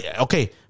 okay